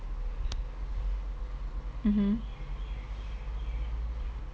mmhmm